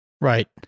Right